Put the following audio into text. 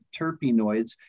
terpenoids